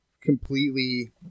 completely